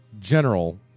General